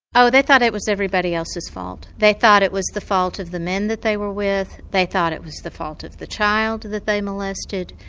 oh, they thought it was everybody else's fault. they thought it was the fault of the men that they were with, they thought it was the fault of the child that they molested.